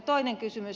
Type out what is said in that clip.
toinen kysymys